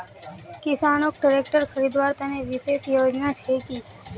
किसानोक ट्रेक्टर खरीदवार तने विशेष योजना छे कि?